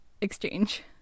exchange